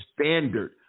standard